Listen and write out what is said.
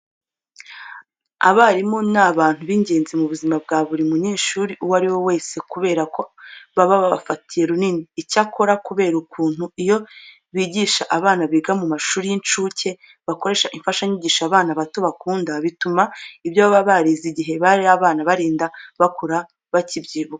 Abarimu ni abantu b'ingenzi mu buzima bwa buri munyeshuri uwo ari we wese kubera ko baba babafatiye runini. Icyakora kubera ukuntu iyo bigisha abana biga mu mashuri y'incuke bakoresha imfashanyigisho abana bato bakunda, bituma ibyo baba barize igihe bari abana barinda bakura bakibyibuka.